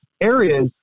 areas